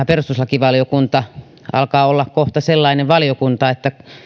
perustuslakivaliokunta alkaa olla kohta sellainen valiokunta että